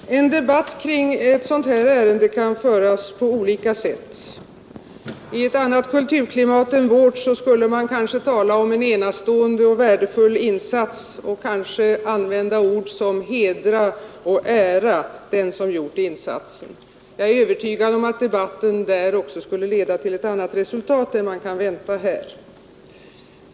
Herr talman! En debatt kring ett sådant här ärende kan föras på olika sätt. I ett annat kulturklimat än vårt skulle man kanske tala om en enastående och värdefull insats och använda ord som hedra och ära när det gäller den som gjort insatsen. Jag är övertygad om att debatten då även skulle leda till ett annat resultat än man kan vänta här.